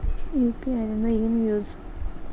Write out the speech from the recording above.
UPI ದಿಂದ ಏನು use?